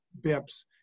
BIPs